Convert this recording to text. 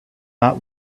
not